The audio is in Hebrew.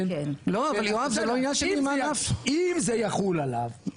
אם זה יחול עליו,